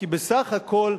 כי בסך הכול,